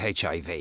HIV